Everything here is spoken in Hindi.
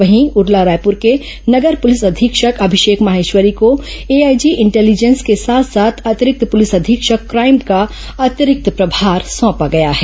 वहीं उरला रायपुर के नगर पुलिस अधीक्षक अभिषेक माहेश्वरी को एआईजी इंटेलिजेंस के साथ साथ अतिरिक्त पुलिस अधीक्षक क्राईम का अतिरिक्त प्रभार सौंपा गया है